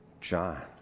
John